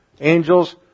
Angels